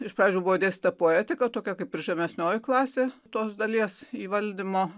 iš pradžių buvo dėstyta poetika tokia kaip ir žemesnioji klasė tos dalies įvaldymo